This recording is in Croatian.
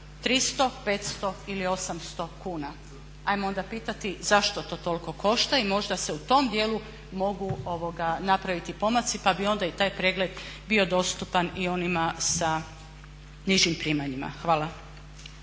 300, 500 ili 800 kuna. Ajmo onda pitati zašto to toliko košta? I možda se u tom djelu mogu napraviti pomaci pa bi onda i taj pregled bio dostupan i onima sa nižim primanjima. Hvala.